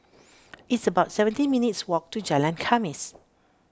it's about seventeen minutes' walk to Jalan Khamis